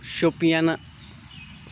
Shopian